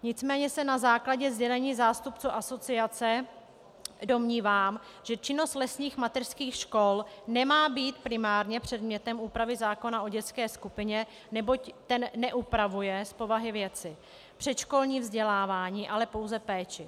Nicméně se na základě sdělení zástupců asociace domnívám, že činnost lesních mateřských škol nemá být primárně předmětem úpravy zákona o dětské skupině, neboť ten neupravuje z povahy věci předškolní vzdělávání, ale pouze péči.